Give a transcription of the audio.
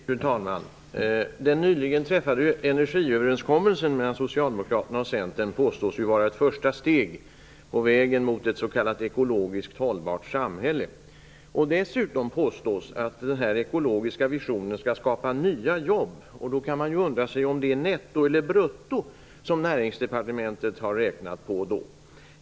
Fru talman! Den nyligen träffade energiöverenskommelsen mellan Socialdemokraterna och Centern påstås ju vara ett första steg på vägen mot ett s.k. ekologiskt hållbart samhälle. Dessutom påstås att denna ekologiska vision skall skapa nya jobb. Då kan man fråga sig om det är netto eller brutto som Näringsdepartementet har räknat på.